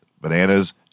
bananas